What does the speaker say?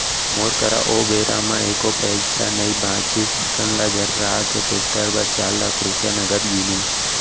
मोर करा ओ बेरा म एको पइसा नइ बचिस चिक्कन ल झर्रा के टेक्टर बर चार लाख रूपया नगद गिनें